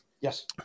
Yes